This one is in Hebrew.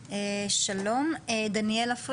דניאלה,